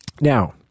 Now